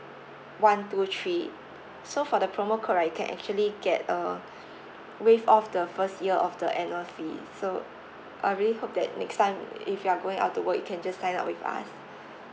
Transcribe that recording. one two three so for the promo code right you can actually get a waive off the first year of the annual fee so I really hope that next time if you are going out to work you can just sign up with us